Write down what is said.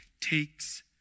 takes